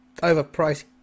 overpriced